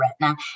retina